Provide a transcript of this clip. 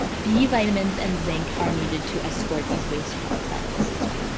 b vitamins and zinc are needed to escort these waste products out of the system.